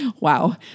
wow